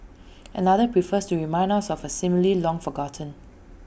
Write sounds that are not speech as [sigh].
[noise] another prefers to remind us of A simile long forgotten